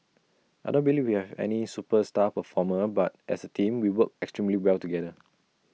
I don't believe we have any superstar performer but as A team we work extremely well together